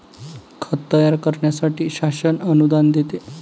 खत तयार करण्यासाठी शासन अनुदान देते